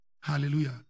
Hallelujah